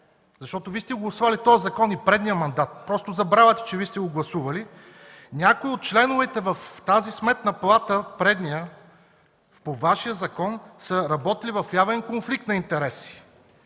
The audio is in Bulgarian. защото Вие сте гласували този закон и предния мандат. Просто забравяте, че сте го гласували. Някои от членовете в тази Сметна палата от предния мандат, по Вашия закон са работили в явен конфликт на интереси.